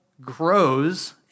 grows